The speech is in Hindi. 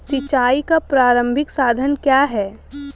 सिंचाई का प्रारंभिक साधन क्या है?